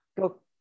go